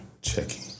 checking